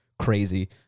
crazy